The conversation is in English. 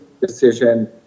decision